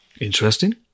Interesting